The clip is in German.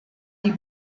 die